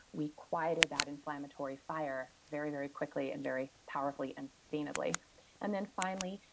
we quieted that inflammatory fire very, very quickly and very powerfully and sustainably and then finally,